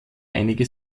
einige